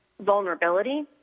vulnerability